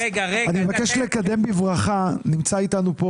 ההצעה מצוינת,